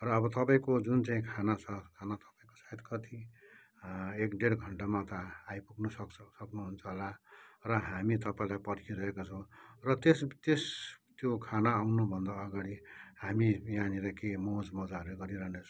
र अब तपाईँको जुन चाहिँ खाना छ खाना तपाईँको सायद कति एक डेढ घन्टा मा त आइपुग्नु सक्छ सक्नुहुन्छ होला र हामी तपाईँलाई पर्खिरहेका छौँ र त्यस त्यस त्यो खाना आउनु भन्दा अगाडि हामी यहाँनिर के मौज मजाहरू गरिरहनेछौँ